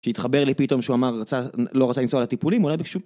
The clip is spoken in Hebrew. שהתחבר לי פתאום שהוא אמר לא רוצה לנסוע לטיפולים, הוא היה...